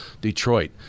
detroit